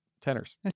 tenors